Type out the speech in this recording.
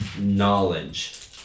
knowledge